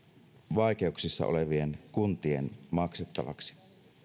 vaikeuksissa olevien kuntien maksettavaksi